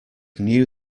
knew